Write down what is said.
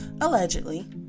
allegedly